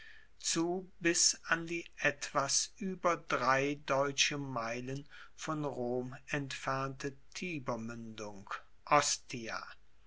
zu bis an die etwas ueber drei deutsche meilen von rom entfernte